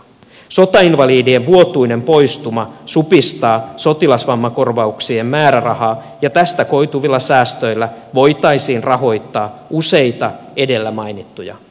sotainvalidien vuotuinen poistuma supistaa sotilasvammakorvauksien määrärahaa ja tästä koituvilla säästöillä voitaisiin rahoittaa useita edellä mainittuja palveluja